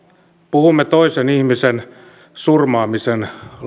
puhumme toisen ihmisen surmaamisen laillistamisesta